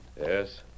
Yes